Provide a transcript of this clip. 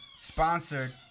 Sponsored